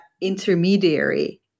intermediary